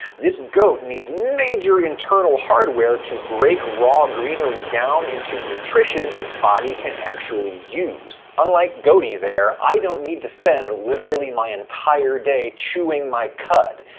this goat needs major internal hardware to break raw greenery down into nutrition its body can actually use. unlike goaty there, i don't need to spend literally my entire day chewing my cud.